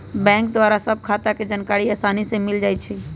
bank द्वारा सभ खता के जानकारी असानी से मिल जाइ छइ